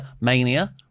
Mania